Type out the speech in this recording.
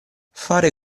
fare